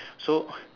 so